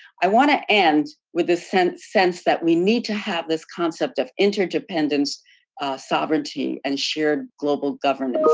i want to end with a sense sense that we need to have this concept of interdependence sovereignty and shared global governance,